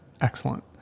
excellent